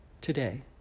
today